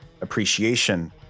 appreciation